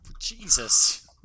Jesus